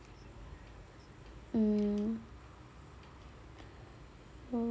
mm oh